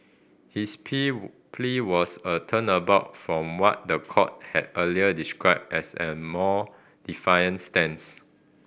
his pea plea was a turnabout from what the court had earlier described as a more defiant stance